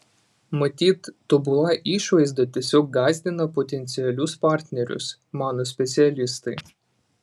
matyt tobula išvaizda tiesiog gąsdina potencialius partnerius mano specialistai